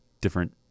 different